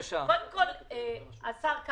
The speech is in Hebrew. אתה אומר שאתה רוצה להשאיר את החוק